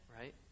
right